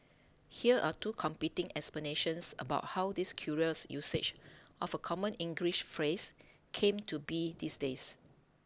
here are two competing explanations about how this curious usage of a common English phrase came to be these days